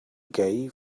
gay